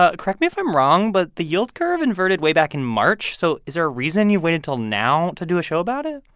ah correct me if i'm wrong, but the yield curve inverted way back in march. so is there a reason you waited till now to do a show about it?